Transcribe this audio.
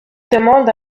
demande